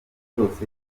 cyose